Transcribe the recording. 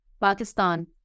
Pakistan